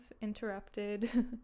interrupted